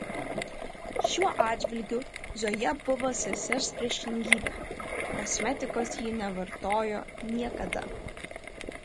šiuo atžvilgiu zoja buvo sesers priešingybė kosmetikos ji nevartojo niekada